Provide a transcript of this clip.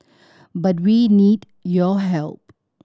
but we need your help